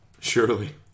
surely